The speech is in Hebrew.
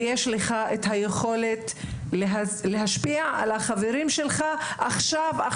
ויש לך את היכולת להשפיע על החברים שלך עכשיו-עכשיו,